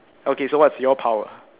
okay so what is your power